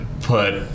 put